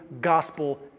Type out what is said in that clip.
gospel